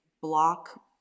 block